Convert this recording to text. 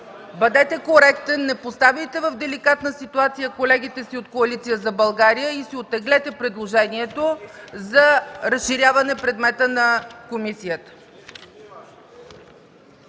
бъдете коректен и не поставяйте в деликатна ситуация колегите от Коалиция за България и оттеглете предложението си за разширяване предмета на комисията.